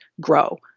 grow